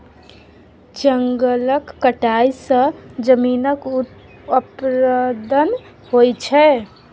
जंगलक कटाई सँ जमीनक अपरदन होइ छै